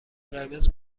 قرمز